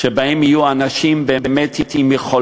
שיהיו בהן אנשים עם יכולות